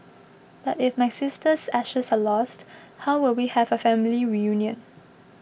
but if my sister's ashes are lost how will we have a family reunion